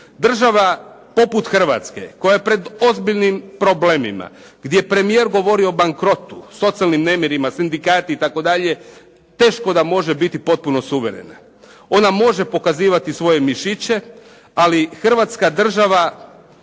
Država poput Hrvatska koja je pred ozbiljnim problemima, gdje premijer govori o bankrotu, socijalnim nemirima, sindikati itd. teško da može biti potpuno suverena. Ona može pokazivati svoje mišiće, ali Hrvatska država